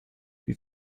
die